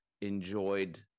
enjoyed